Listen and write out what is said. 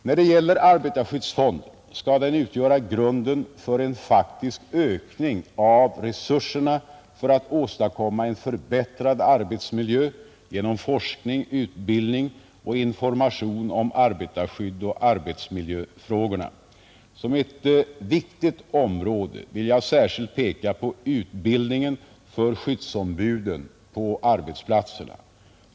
När det gäller arbetarskyddsfonden skall den utgöra grunden för en faktisk ökning av resurserna för att åstadkomma en förbättrad arbetsmiljö genom forskning, utbildning och information om arbetarskydd och arbetsmiljöfrågorna. Som ett viktigt område vill jag särskilt peka på utbildningen för skyddsombuden på arbetsplatserna.